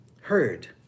heard